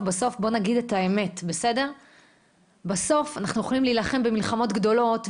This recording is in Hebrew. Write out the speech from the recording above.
אנחנו יכולים להילחם במלחמות גדולות,